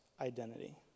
identity